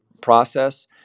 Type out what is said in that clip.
process